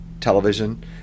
television